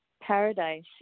Paradise